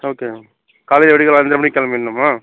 okay காலையில் எப்படி ஒரு அஞ்சரை மணிக்கு கெளம்பிடணுமா